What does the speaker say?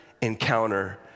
encounter